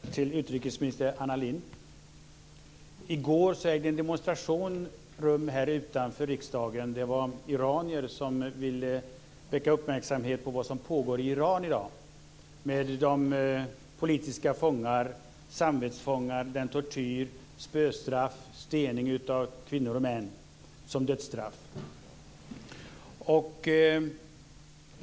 Fru talman! Min fråga vill jag ställa till utrikesminister Anna Lindh. I går ägde en demonstration rum utanför riksdagen. Det var iranier som ville väcka uppmärksamhet kring vad som pågår i Iran i dag med politiska fångar, samvetsfångar, tortyr, spöstraff och stening av kvinnor och män som dödsstraff.